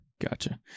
Gotcha